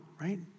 right